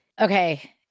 Okay